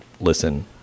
listen